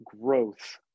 growth